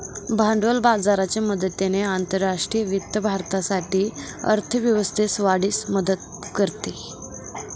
भांडवल बाजाराच्या मदतीने आंतरराष्ट्रीय वित्त भारतासाठी अर्थ व्यवस्थेस वाढीस मदत करते